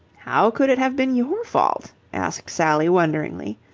how could it have been your fault? asked sally wonderingly.